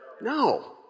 No